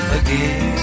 again